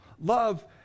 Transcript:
love